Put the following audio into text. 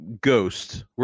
Ghost